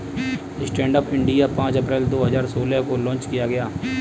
stand up India पांच अप्रैल दो हजार सोलह को लॉन्च किया गया